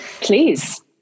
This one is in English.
please